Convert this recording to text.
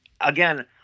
again